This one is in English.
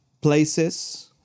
places